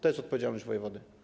To jest odpowiedzialność wojewody.